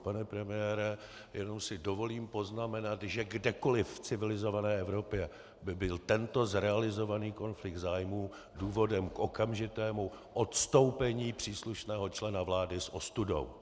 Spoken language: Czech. Pane premiére, jenom si dovolím poznamenat, že kdekoliv v civilizované Evropě by byl tento zrealizovaný konflikt zájmů důvodem k okamžitému odstoupení příslušného člena vlády s ostudou.